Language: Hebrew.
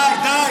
די, די.